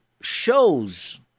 shows